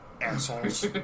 Assholes